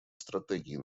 стратегий